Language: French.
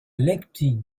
leipzig